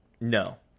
No